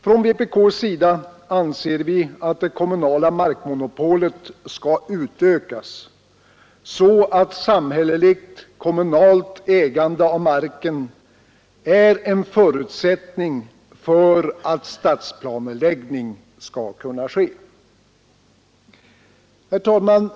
Från vpk:s sida anser vi att det kommunala markmonopolet skall utökas så att samhälleligt/kommunalt ägande av marken är en förutsättning för att stadsplaneläggning skall kunna ske.